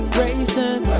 racing